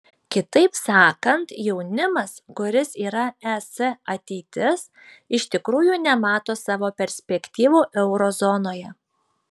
kitaip sakant jaunimas kuris yra es ateitis iš tikrųjų nemato savo perspektyvų euro zonoje